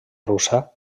russa